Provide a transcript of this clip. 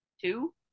Two